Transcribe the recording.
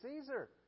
Caesar